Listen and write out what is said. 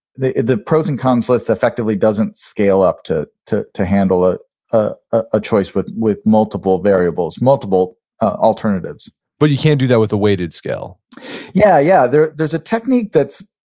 the the pros and cons list effectively doesn't scale up to to handle a ah ah choice with with multiple variables, multiple alternatives but you can't do that with the weighted scale yeah yeah. there's there's a technique that's,